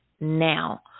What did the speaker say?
Now